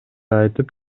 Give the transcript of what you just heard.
айтып